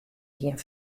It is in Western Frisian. gjin